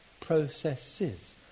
processes